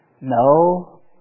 no